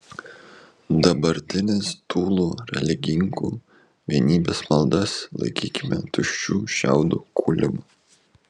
dabartinės tūlų religininkų vienybės maldas laikykime tuščių šiaudų kūlimu